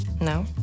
No